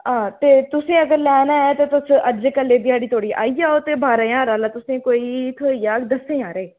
हां ते तुसें अगर लैना ऐ ते तुस अज्जै कल्लै दी ध्याड़ी तुस आई जाओ ते बारां ज्हार आह्ला तुसे ईं कोई थ्होई जाह्ग दस्सें ज्हारें